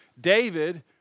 David